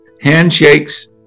handshakes